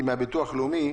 מהביטוח הלאומי